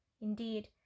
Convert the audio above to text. Indeed